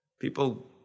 People